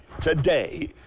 today